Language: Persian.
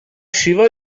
شیوا